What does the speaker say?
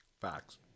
Facts